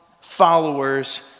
followers